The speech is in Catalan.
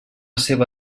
seva